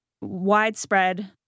widespread